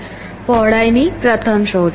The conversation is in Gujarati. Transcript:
પહોળાઈ પ્રથમ શોધ